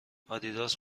آدیداس